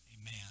Amen